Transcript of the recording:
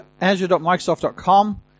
azure.microsoft.com